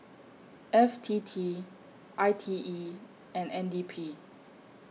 F T T I T E and N D P